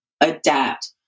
adapt